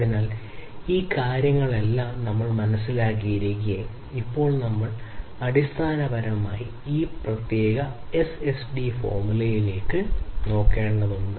അതിനാൽ ഈ കാര്യങ്ങളെല്ലാം നമ്മൾ മനസ്സിലാക്കിയിരിക്കെ ഇപ്പോൾ നമ്മൾ അടിസ്ഥാനപരമായി ഈ പ്രത്യേക എസ് എസ്ഡി ഫോർമുലയിലേക്ക് നോക്കേണ്ടതുണ്ട്